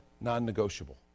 non-negotiable